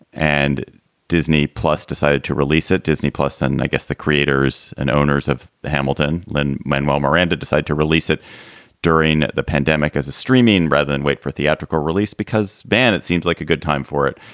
and disney plus decided to release it. disney plus then i guess the creators and owners of the hamilton lin manuel miranda decide to release it during the pandemic as a streaming rather than wait for theatrical release because band it seems like good time for it.